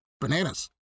Bananas